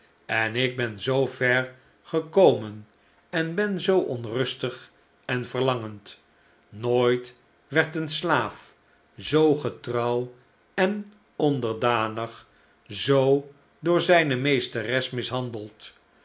en ik ben zoo ver gekomen en ben zoo onrustig en verlangend nooit werd een slaaf zoo getrouw en onderdanig zoo door zijne meesteres mishandeld